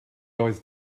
oedd